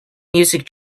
music